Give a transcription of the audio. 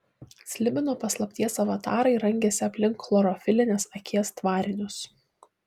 slibino paslapties avatarai rangėsi aplink chlorofilinės akies tvarinius